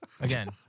Again